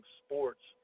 sports